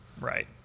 right